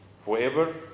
forever